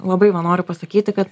labai va noriu pasakyti kad